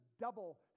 double